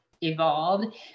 evolved